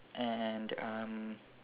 and um